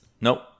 Nope